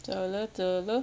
走了走了